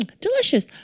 delicious